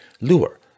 lure